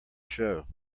show